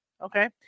Okay